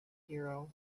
hero